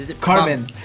Carmen